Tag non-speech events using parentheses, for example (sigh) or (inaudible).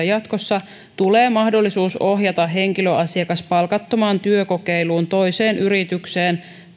(unintelligible) jatkossa tulee mahdollisuus ohjata henkilö asiakas palkattomaan työkokeiluun toiseen yritykseen